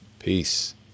Peace